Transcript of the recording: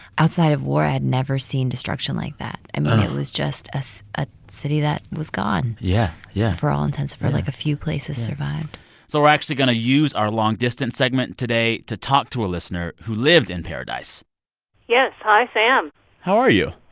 outside of war, i had never seen destruction like that. i mean, it was just a city that was gone. yeah. yeah. for all intents. like, a few places survived so we're actually going to use our long distance segment today to talk to a listener who lived in paradise yes. hi, sam how are you?